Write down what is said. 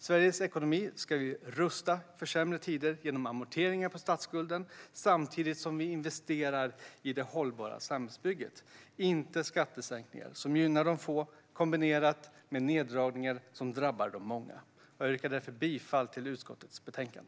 Sveriges ekonomi ska vi rusta för sämre tider genom amorteringar på statsskulden samtidigt som vi investerar i det hållbara samhällsbygget, inte genom skattesänkningar som gynnar de få kombinerade med neddragningar som drabbar de många. Jag yrkar därför bifall till utskottets förslag.